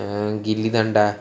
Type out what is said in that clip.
ଗିଲିଦଣ୍ଡା